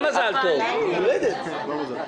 רק מלה אחת לגבי השאלה של אבי.